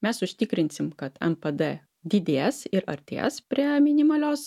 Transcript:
mes užtikrinsim kad npd didės ir artės prie minimalios